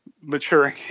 maturing